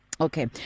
Okay